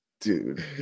Dude